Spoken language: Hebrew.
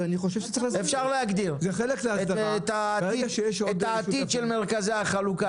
צריך להבטיח את העתיד של מרכזי החלוקה,